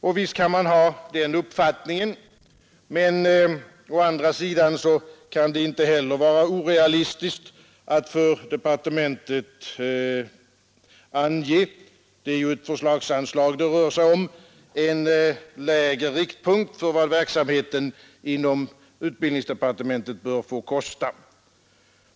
Och visst kan man ha den uppfattningen, men å andra sidan kan det inte heller vara orealistiskt att för departementet ange — det är ju ett förslagsanslag det rör sig om — en lägre riktpunkt för vad verksamheten inom utbildningsdepartementet bör få kosta.